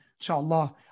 Inshallah